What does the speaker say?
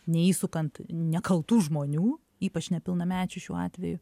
neįsukant nekaltų žmonių ypač nepilnamečių šiuo atveju